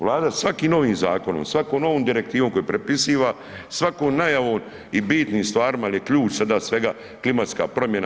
Vlada svakim novim zakonom, svakom novom direktivom koju prepisiva, svakom najavom i bitnim stvarima jel je ključ sada svega klimatska promjena.